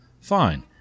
fine